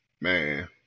Man